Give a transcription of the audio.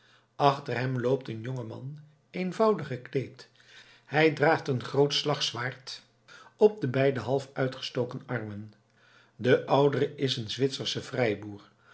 achter hem loopt een jong man eenvoudig gekleed hij draagt een groot slagzwaard op de beide half uitgestoken armen de oudere is een zwitsersche vrijboer